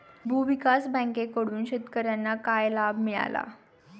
भूविकास बँकेकडून शेतकर्यांना काय लाभ मिळाला?